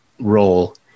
role